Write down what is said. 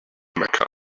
mecca